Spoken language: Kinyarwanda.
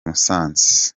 musanze